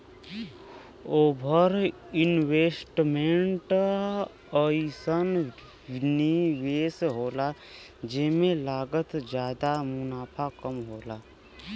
over investment अइसन निवेस होला जेमे लागत जादा मुनाफ़ा कम होला